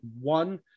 one